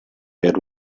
per